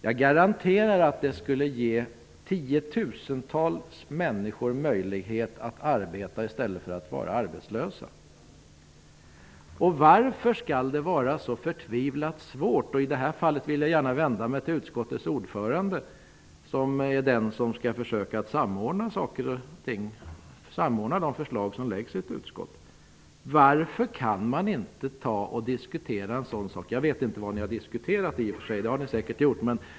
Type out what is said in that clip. Jag garanterar att det skulle ge tiotusentals människor möjlighet att arbeta i stället för att vara arbetslösa. Jag vill i detta fall vända mig till utskottets ordförande som skall samordna de förslag som läggs i utskottet. Varför kan inte ett sådant här förslag diskuteras? Jag vet nu inte vad ni har diskuterat -- ni kanske har diskuterat förslaget.